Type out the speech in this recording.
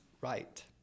right